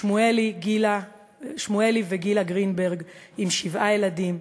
שמואלי וגילה גרינברג עם שבעה ילדים,